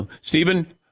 Stephen